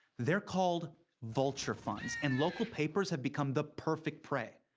they're called vulture funds. and local papers have become the perfect prey.